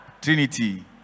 Trinity